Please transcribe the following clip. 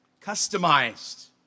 Customized